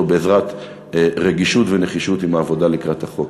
בעזרת רגישות ונחישות עם העבודה לקראת החוק.